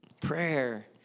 Prayer